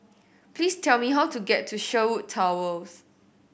please tell me how to get to Sherwood Towers